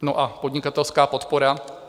No a podnikatelská podpora?